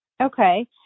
okay